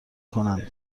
کنند